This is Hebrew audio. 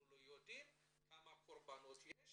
אנחנו לא יודעים כמה קורבנות יש